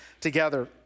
together